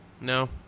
No